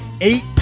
eight